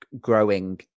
growing